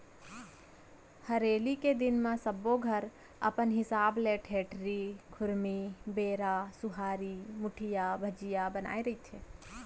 हरेली के दिन म सब्बो घर अपन हिसाब ले ठेठरी, खुरमी, बेरा, सुहारी, मुठिया, भजिया बनाए रहिथे